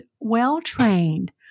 well-trained